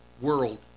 world